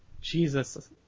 Jesus